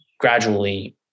gradually